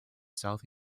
south